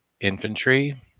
infantry